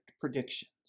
predictions